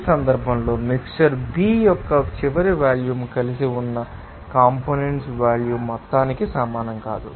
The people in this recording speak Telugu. ఈ సందర్భంలో మిక్శ్చర్ B యొక్క చివరి వాల్యూమ్ కలిసి ఉన్న కంపోనెంట్స్ వాల్యూమ్ మొత్తానికి సమానం కాదు